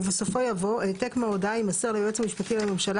ובסופו יבוא "העתק מההודעה יימסר ליועץ המשפטי לממשלה